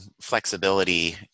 flexibility